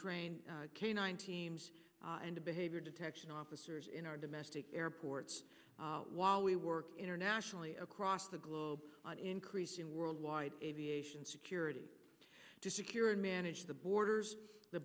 train canine teams and behavior detection officers in our domestic airports while we work internationally across the globe increasing worldwide aviation security to secure and manage the borders the